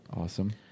awesome